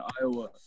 Iowa